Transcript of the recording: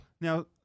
now